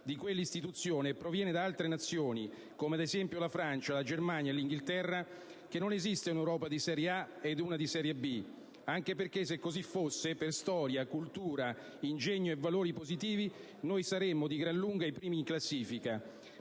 di quell'istituzione e proviene da altre Nazioni, come ad esempio la Francia, la Germania e l'Inghilterra, che non esiste un'Europa di serie A ed una di serie B, anche perché se così fosse, per storia, cultura, ingegno e valori positivi noi saremmo di gran lunga i primi in classifica,